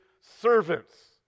servants